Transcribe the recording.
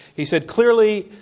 he said clearly,